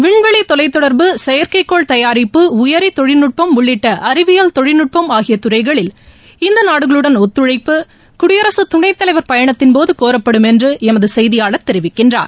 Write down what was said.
விண்வெளி தொலைத்தொடர்பு செயற்கைக்கோள் தயாரிப்பு உயிரி தொழில்நுட்பம் உள்ளிட்ட அறிவியல் தொழில்நுட்பம் ஆகிய துறைகளில் இந்த நாடுகளுடன் ஒத்துழைப்பு குடியரசு துணைத்தலைவர் பயணத்தின்போது கோரப்படும் என்று எமது செய்தியாளர் தெரிவிக்கின்றார்